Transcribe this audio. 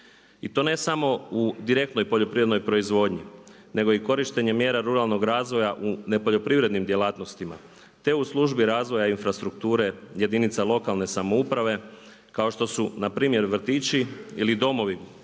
I to ne samo u direktnoj poljoprivrednoj proizvodnji nego i korištenjem mjera ruralnog razvoja u nepoljoprivrednim djelatnostima te u službi razvoja infrastrukture jedinica lokalne samouprave kao što su npr. vrtići ili domovi